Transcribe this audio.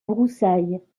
broussailles